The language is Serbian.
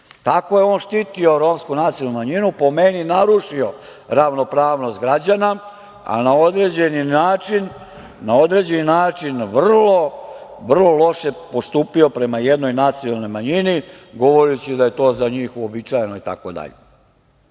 Tako je on štitio romsku nacionalnu manjinu. Po meni je narušio ravnopravnost građana, a na određeni način vrlo, vrlo loše postupio prema jednoj nacionalnoj manjini, govoreći da je to za njih uobičajeno itd.